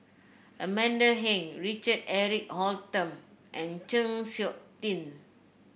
Amanda Heng Richard Eric Holttum and Chng Seok Tin